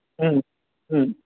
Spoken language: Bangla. হুম হুম